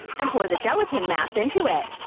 and pour the gelatin mass into it.